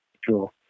sure